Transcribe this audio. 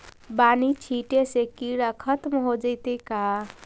बानि छिटे से किड़ा खत्म हो जितै का?